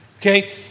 Okay